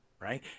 Right